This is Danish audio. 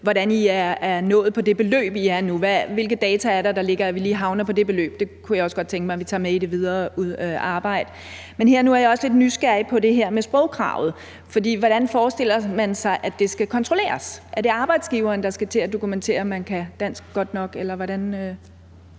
hvordan I er nået til det beløb, I er på nu. Hvilke data ligger til grund for, at vi lige havner på det beløb? Det kunne jeg også godt tænke mig at vi tager med i det videre arbejde. Her og nu er jeg også lidt nysgerrig på det her med sprogkravet, for hvordan forestiller man sig det skal kontrolleres? Er det arbejdsgiveren, der skal til at dokumentere, at medarbejderen kan dansk godt nok, eller hvordan